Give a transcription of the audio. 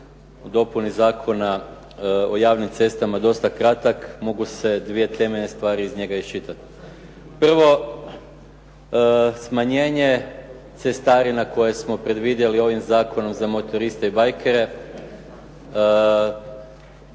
Dopuna zakona o javnim cestama, dosta kratak mogu se dvije temeljne stvari iz njega iščitati. Prvo, smanjenje cestarina koje smo predvidjeli ovim zakonom za motoriste i bajkere